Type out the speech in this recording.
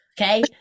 Okay